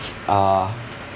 uh